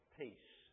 peace